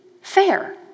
fair